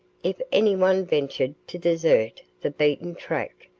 if anyone ventured to desert the beaten track,